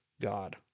God